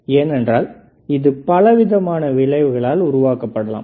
ஏனெனில் இது பலவிதமான விளைவுகளால் உருவாக்கப்படலாம்